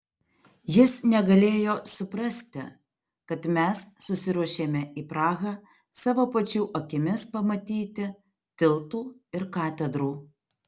jis negalėjo suprasti kad mes susiruošėme į prahą savo pačių akimis pamatyti tiltų ir katedrų